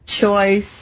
choice